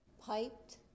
piped